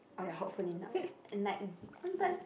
oh ya hopefully not and like